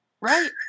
Right